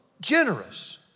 generous